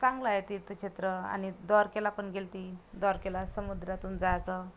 चांगलं आहे तीर्तछेत्र आणि द्वारकेलापण गेली होती द्वारकेला समुद्रातून जायचं